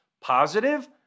positive